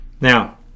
now